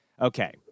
okay